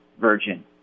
virgin